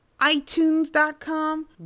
itunes.com